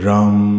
Ram